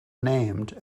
named